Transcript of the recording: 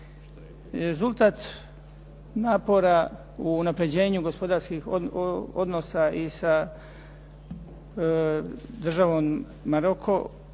Rezultat napora u unapređenju gospodarskih odnosa i sa državom Maroko